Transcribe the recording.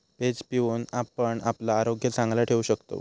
page पिऊन आपण आपला आरोग्य चांगला ठेवू शकतव